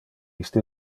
iste